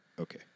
Okay